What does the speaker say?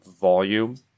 volume